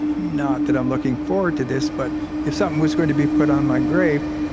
not that i'm looking forward to this, but if something was going to be put on my grave,